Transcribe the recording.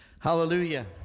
Hallelujah